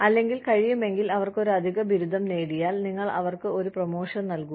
അല്ലെങ്കിൽ കഴിയുമെങ്കിൽ അവർ ഒരു അധിക ബിരുദം നേടിയാൽ നിങ്ങൾ അവർക്ക് ഒരു പ്രമോഷൻ നൽകുക